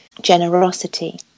generosity